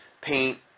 paint